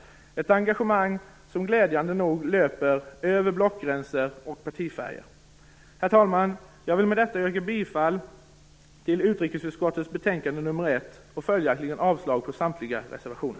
Ett engagemang som glädjande nog löper över blockgränser och partifärger. Herr talman! Jag vill med detta yrka bifall till utrikesutskottets betänkande nr 1 och följaktligen avslag på samtliga reservationer.